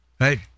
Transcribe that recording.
right